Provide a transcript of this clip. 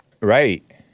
Right